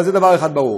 דבר אחד ברור: